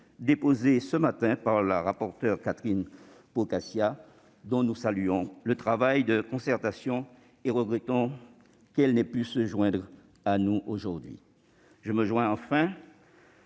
déposé ce matin par la rapporteure, Catherine Procaccia, dont nous saluons le travail de concertation. Nous regrettons qu'elle n'ait pu se joindre à nous aujourd'hui. Enfin,